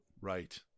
Right